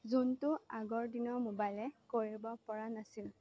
যোনটো আগৰ দিনৰ মোবাইলে কৰিব পৰা নাছিল